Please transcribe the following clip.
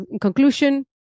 conclusion